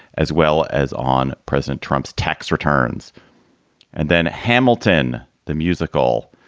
as well as on president trump's tax returns and then hamilton, the musical,